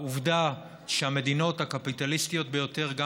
העובדות הן שהמדינות הקפיטליסטיות ביותר,